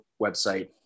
website